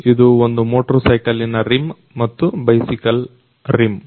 ಇದು ಒಂದು ಮೋಟಾರ್ಸೈಕಲ್ ನ ರಿಮ್ ಮತ್ತು ಬೈಸಿಕಲ್ ರಿಮ್